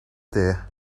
there